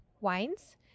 wines